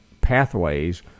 pathways